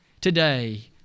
Today